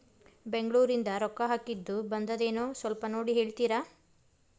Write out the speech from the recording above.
ಬೆಂಗ್ಳೂರಿಂದ ರೊಕ್ಕ ಹಾಕ್ಕಿದ್ದು ಬಂದದೇನೊ ಸ್ವಲ್ಪ ನೋಡಿ ಹೇಳ್ತೇರ?